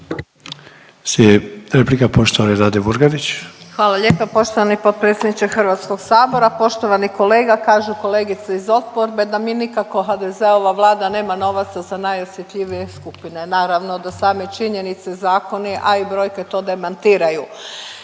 Nade Murganić. **Murganić, Nada (HDZ)** Hvala lijepo. Poštovani potpredsjedniče Hrvatskog sabora, poštovani kolega. Kažu kolegice iz oporbe da mi nikako HDZ-ova Vlada nema novaca za najosjetljivije skupine. Naravno da same činjenice, zakoni a i brojke to demantiraju.